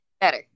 better